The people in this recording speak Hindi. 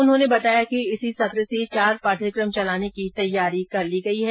उन्होंने बताया कि इसी सत्र से चार पाठ्यक्रम चलाने की तैयारी कर ली गई है